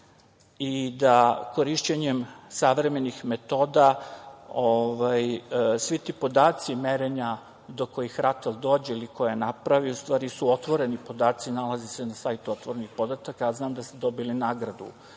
i da korišćenjem savremenih metoda svi ti podaci merenja do kojih RATEL dođe ili koje napravi u stvari su otvoreni podaci, nalaze se na sajtu otvorenih podataka. Ja znam da ste dobili nagradu